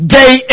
day